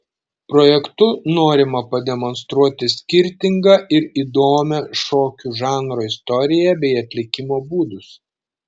projektu norima pademonstruoti skirtingą ir įdomią šokių žanrų istoriją bei atlikimo būdus